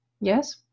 Yes